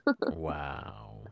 Wow